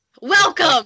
Welcome